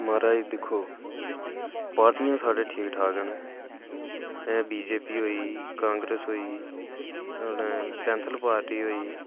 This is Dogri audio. महाराज दिक्खो पार्टियां साढ़े ठीक ठाक न जियां बी जे पी होई कांग्रेस होई कन्नै पैन्थल पार्टी होई